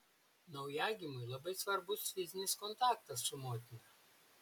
naujagimiui labai svarbus fizinis kontaktas su motina